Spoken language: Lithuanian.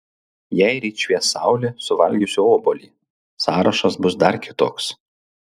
jei ryt švies saulė suvalgysiu obuolį sąrašas bus dar kitoks